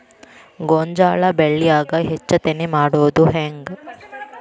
ಗೋಂಜಾಳ ಬೆಳ್ಯಾಗ ಹೆಚ್ಚತೆನೆ ಮಾಡುದ ಹೆಂಗ್?